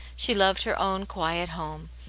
she loved her own quiet home,